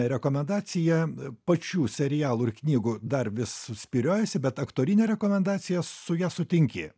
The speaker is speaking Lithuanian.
rekomendaciją pačių serialų ir knygų dar vis spyriojesi bet aktorinė rekomendacija su ja sutinki